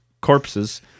corpses